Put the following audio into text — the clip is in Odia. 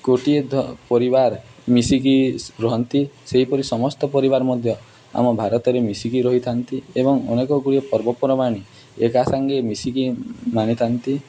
ଗୋଟିଏ ପରିବାର ମିଶିକି ରୁହନ୍ତି ସେହିପରି ସମସ୍ତ ପରିବାର ମଧ୍ୟ ଆମ ଭାରତରେ ମିଶିକି ରହିଥାନ୍ତି ଏବଂ ଅନେକ ଗୁଡ଼ିଏ ପର୍ବପର୍ବାଣି ଏକା ସାାଙ୍ଗେ ମିଶିକି ମାନିଥାନ୍ତି